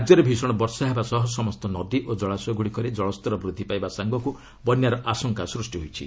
ରାଜ୍ୟରେ ଭୀଷଣ ବର୍ଷା ହେବା ସହ ସମସ୍ତ ନଦୀ ଓ ଜଳାଶୟଗୁଡ଼ିକରେ ଜଳସ୍ତର ବୃଦ୍ଧି ପାଇବା ସାଙ୍ଗକୁ ବନ୍ୟାର ଆଶଙ୍କା ସୃଷ୍ଟି ହୋଇଛି